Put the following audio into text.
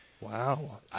Wow